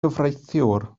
gyfreithiwr